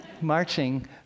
Marching